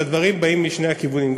שהדברים באים משני הכיוונים,